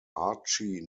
archie